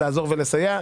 לעזור ולסייע.